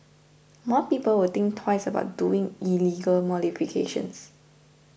more people will think twice about doing illegal modifications